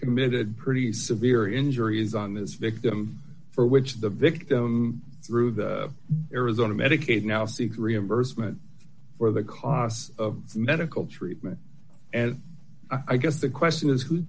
committed pretty severe injuries on his victim for which the victim through the arizona medicaid now seek reimbursement for the costs of medical treatment and i guess the question is who's